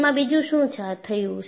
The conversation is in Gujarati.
એમાં બીજું શું થયું